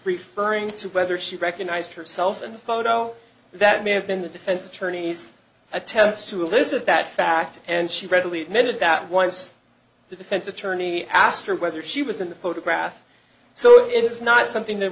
referring to whether she recognised herself in the photo that may have been the defense attorney's attempts to elicit that fact and she readily admitted that once the defense attorney asked her whether she was in the photograph so it's not something that